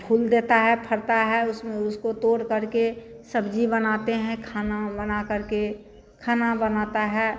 फूल देता है फलता है उसमें उसको तोड़कर के सब्ज़ी बनाते हैं खाना बनाकर के खाना बनाते हैं